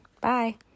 Bye